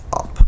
up